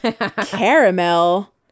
caramel